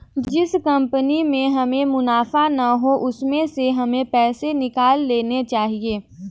जिस कंपनी में हमें मुनाफा ना हो उसमें से हमें पैसे निकाल लेने चाहिए